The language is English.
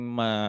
ma